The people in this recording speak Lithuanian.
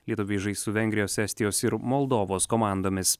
lietuviai žais su vengrijos estijos ir moldovos komandomis